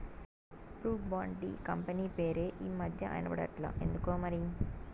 Brooke Bond tea company పేరే ఈ మధ్యనా ఇన బడట్లా ఎందుకోమరి